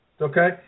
Okay